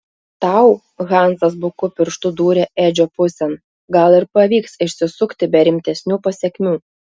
tau hansas buku pirštu dūrė edžio pusėn gal ir pavyks išsisukti be rimtesnių pasekmių